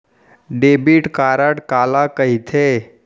Debit card काला कहिथे?